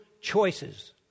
choices